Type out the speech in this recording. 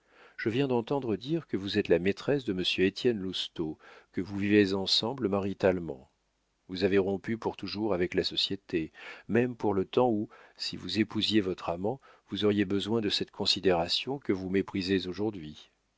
je viens d'entendre dire que vous êtes la maîtresse de monsieur étienne lousteau que vous vivez ensemble maritalement vous avez rompu pour toujours avec la société même pour le temps où si vous épousiez votre amant vous auriez besoin de cette considération que vous méprisez aujourd'hui